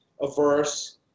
averse